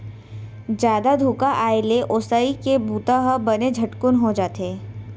जादा धुका आए ले ओसई के बूता ह बने झटकुन हो जाथे